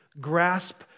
grasp